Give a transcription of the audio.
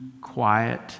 quiet